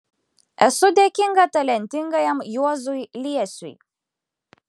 esu dėkinga talentingajam juozui liesiui